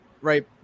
right